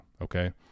okay